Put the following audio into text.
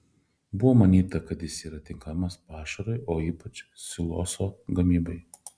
buvo manyta kad jis yra tinkamas pašarui o ypač siloso gamybai